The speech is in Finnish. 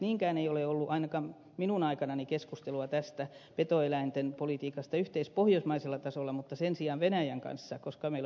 niinkään ei ole ollut ainakaan minun aikanani keskustelua tästä petoeläinpolitiikasta yhteispohjoismaisella tasolla mutta sen sijaan venäjän kanssa on koska meillä on yhteinen raja